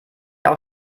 auch